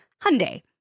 Hyundai